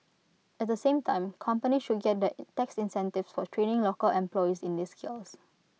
at the same time company should get that tax incentives for training local employees in these skills